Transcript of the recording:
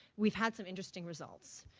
we've had some interesting results.